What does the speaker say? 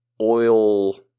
oil –